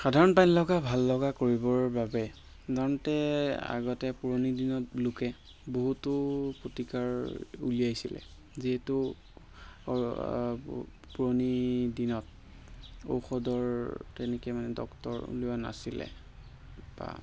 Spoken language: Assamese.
সাধাৰণ পানী লগা ভাল লগা কৰিবৰ বাবে সাধাৰণতে আগতে পুৰণি দিনত লোকে বহুতো প্ৰতিকাৰ উলিয়াইছিলে যিহেতু পুৰণি দিনত ঔষধৰ তেনেকৈ মানে ডক্তৰ ওলোৱা নাছিলে তাপা